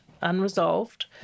unresolved